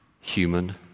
human